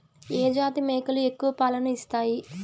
ఏ జాతి మేకలు ఎక్కువ పాలను ఇస్తాయి?